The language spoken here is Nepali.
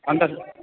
अन्त